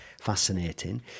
fascinating